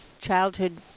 childhood